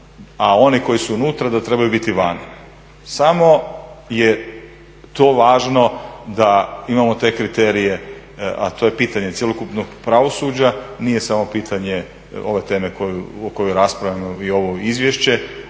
a oni koji su unutra da trebaju biti vani. Samo je to važno da imamo te kriterije a to je pitanje cjelokupnog pravosuđa, nije samo pitanje ove teme o kojoj raspravljamo i ovo izvješće